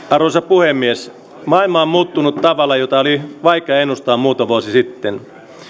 arvoisa puhemies maailma on muuttunut tavalla jota oli vaikea ennustaa muutama vuosi sitten